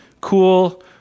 cool